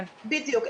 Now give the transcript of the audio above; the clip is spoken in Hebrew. בדיוק.